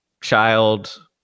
child